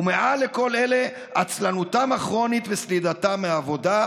ומעל לכל אלה עצלנותם הכרונית וסלידתם מעבודה.